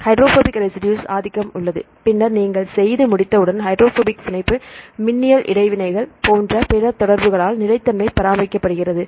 hydrophobic residues ஆதிக்கம் உள்ளது பின்னர் நீங்கள் செய்து முடித்தவுடன் ஹைட்ரஜன் பிணைப்பு மின்னியல் இடைவினைகள் போன்ற பிற தொடர்புகளால் நிலைத்தன்மை பராமரிக்கப்படுகிறது